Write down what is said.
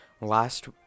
last